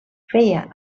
feia